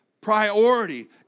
priority